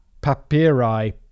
papyri